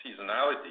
seasonality